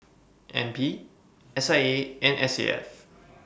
N P S I A and S A F